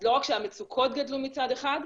אז לא רק שהמצוקות גדלו מצד אחד,